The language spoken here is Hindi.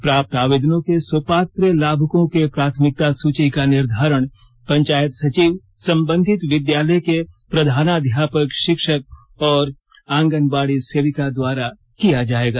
प्राप्त आवेदनों के सुपात्र लाभुकों का प्रार्थमिकता सूची का निर्धारण पंचायत सचिव संबंधित विधालय के प्रधानाध्यापक शिक्षक और आंगनबाड़ी सेविका द्वारा किया जाएगा